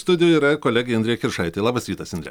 studijoje yra kolegė indrė kiršaitė labas rytas indre